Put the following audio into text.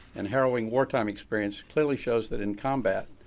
and harrowing war-time experience clearly shows that in combat